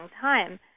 time